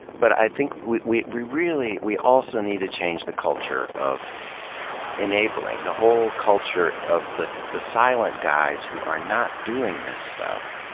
but i think we we really, we also need to change the culture of enabling. the whole culture of the the silent guys who are not doing this stuff,